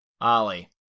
ollie